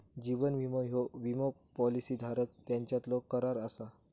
जीवन विमो ह्यो विमो पॉलिसी धारक यांच्यातलो करार असा